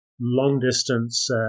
long-distance